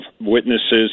witnesses